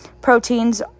proteins